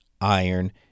iron